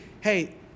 hey